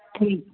ਠੀਕ